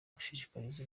gushishikariza